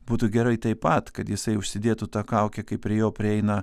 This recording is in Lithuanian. būtų gerai taip pat kad jisai užsidėtų tą kaukę kai prie jo prieina